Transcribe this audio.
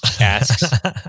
asks